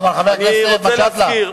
חבר הכנסת מג'אדלה,